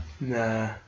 Nah